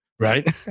Right